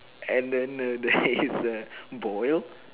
and then err there is a boil